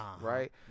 right